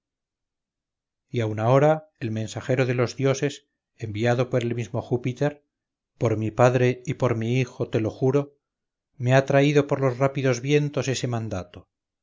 y aun ahora el mensajero de los dioses enviado por el mismo júpiter por mi padre y por mi hijo de lo juro me ha traído por los rápidos vientos ese mandato